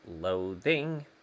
Loathing